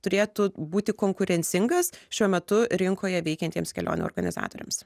turėtų būti konkurencingas šiuo metu rinkoje veikiantiems kelionių organizatoriams